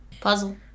Puzzle